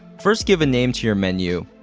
first give a name to your menu,